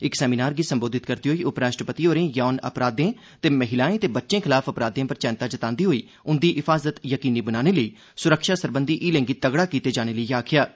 इक सेमिनार गी संबोधित करदे होई उपराष्ट्रपति होरें यौन अपराघें ते महिलाएं ते बच्चें खलाफ अपराधें पर चैंता जतांदे होई उंदी हिफाजत यकीनी बनाने लेई सुरक्षा सरबंघी हीलें गी तगड़ा कीते जाने लेई आखेआ ऐ